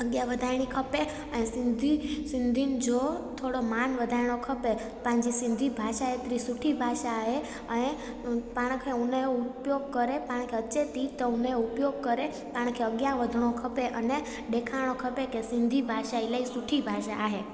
अॻियां वधाइणी खपे ऐं सिंधी सिंधियुनि जो थोरो माना वधाइणो खपे पंहिंजी सिंधी भाषा हेतिरी सुठी भाषा आहे ऐं पाण खे उन जो उपयोग करे पाण खे अचे थी त उन जो उपयोग करे पाण खे अॻियां वधिणो खपे अने ॾेखारणो खपे की सिंधी भाषा इलाही सुठी भाषा आहे